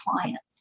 clients